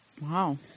Wow